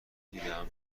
دیدم